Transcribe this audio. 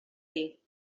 dir